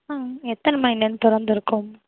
அ எத்தனை மணிலர்ந்து திறந்திருக்கும்